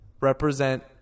represent